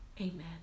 amen